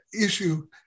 issue